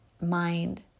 mind